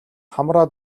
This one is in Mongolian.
хамраа